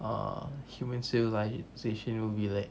uh human civilizations will be like